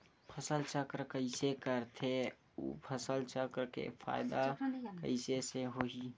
फसल चक्र कइसे करथे उ फसल चक्र के फ़ायदा कइसे से होही?